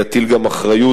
והוא יטיל גם אחריות.